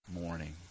morning